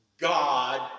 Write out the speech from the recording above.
God